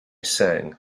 seng